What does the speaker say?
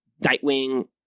Nightwing